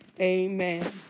Amen